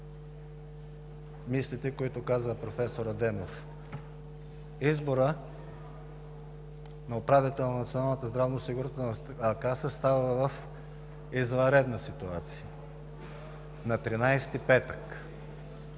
мислите, които каза професор Адемов: „Изборът на управител на Националната здравноосигурителна каса става в извънредна ситуация – на 13-и, петък“,